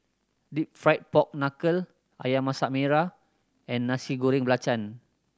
Deep Fried Pork Knuckle Ayam Masak Merah and Nasi Goreng Belacan